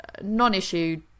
non-issue